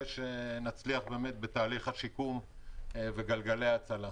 שנצליח באמת בתהליך השיקום ובגלגלי ההצלה.